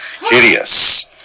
hideous